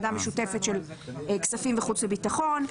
זאת ועדה משותפת של כספים וחוץ וביטחון.